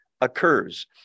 occurs